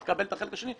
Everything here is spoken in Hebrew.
הוא יקבל את החלק השני.